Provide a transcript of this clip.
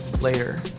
later